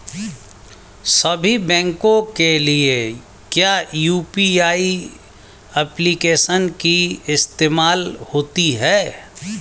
सभी बैंकों के लिए क्या यू.पी.आई एप्लिकेशन ही इस्तेमाल होती है?